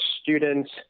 students